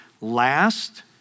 last